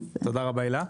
תודה רבה, הילה.